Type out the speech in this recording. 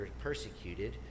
persecuted